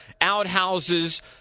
Outhouses